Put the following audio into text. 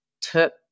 took